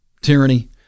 tyranny